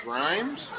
Rhymes